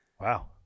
Wow